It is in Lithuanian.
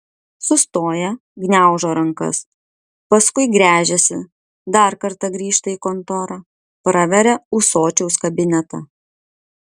sustoja gniaužo rankas paskui gręžiasi dar kartą grįžta į kontorą praveria ūsočiaus kabinetą